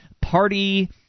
party